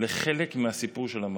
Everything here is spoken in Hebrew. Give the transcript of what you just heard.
לחלק מהסיפור של המחלה.